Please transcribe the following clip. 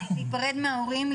להיפרד מההורים,